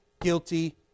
guilty